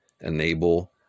enable